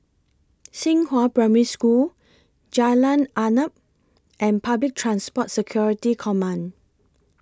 Xinghua Primary School Jalan Arnap and Public Transport Security Command